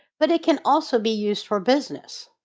but it can also be used for business